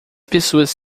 pessoas